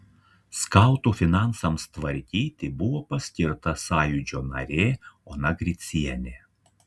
skautų finansams tvarkyti buvo paskirta sąjūdžio narė ona gricienė